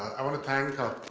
i wanna thank